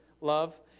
love